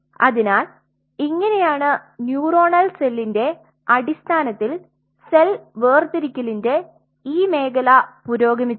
അതിനാൽ ഇങ്ങനെയാണ് ന്യൂറോണൽ സെല്ലിന്റെ അടിസ്ഥാനത്തിൽ സെൽ വേർതിരിക്കലിന്റെ ഈ മേഖല പുരോഗമിച്ചത്